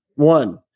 One